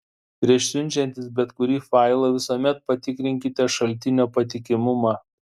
prieš siunčiantis bet kurį failą visuomet patikrinkite šaltinio patikimumą